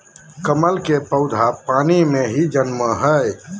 कमल के पौधा पानी में ही जन्मो हइ